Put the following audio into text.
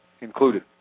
included